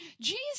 Jesus